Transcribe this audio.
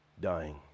dying